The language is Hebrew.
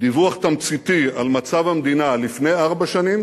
דיווח תמציתי על מצב המדינה לפני ארבע שנים